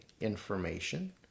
information